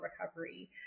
recovery